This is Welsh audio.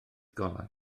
golau